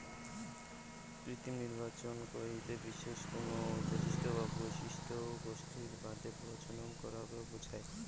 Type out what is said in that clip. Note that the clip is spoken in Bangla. কৃত্রিম নির্বাচন কইতে বিশেষ কুনো বৈশিষ্ট্য বা বৈশিষ্ট্য গোষ্ঠীর বাদে প্রজনন করাক বুঝায়